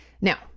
Now